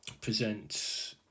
presents